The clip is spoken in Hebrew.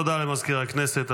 תודה למזכיר הכנסת.